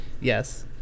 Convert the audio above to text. Yes